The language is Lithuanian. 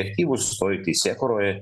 aktyvūs toj teisėkūroj